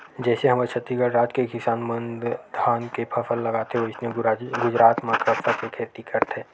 जइसे हमर छत्तीसगढ़ राज के किसान मन धान के फसल लगाथे वइसने गुजरात म कपसा के खेती करथे